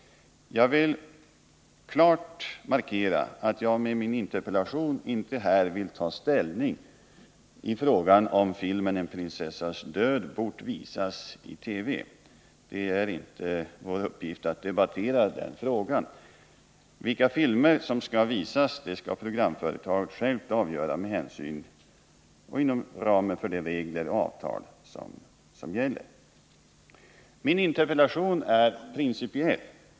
Jag vill klart markera att jag med min interpellation inte här vill ta ställning till frågan om filmen En prinsessas död bort visas i TV. Det är inte vår uppgift att debattera den frågan. Vilka filmer som skall visas skall programföretaget självt avgöra med hänsyn till och inom ramen för de regler som gäller. Min interpellation är principiell.